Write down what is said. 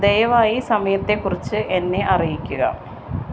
ദയവായി സമയത്തെക്കുറിച്ച് എന്നെ അറിയിക്കുക